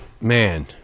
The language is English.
Man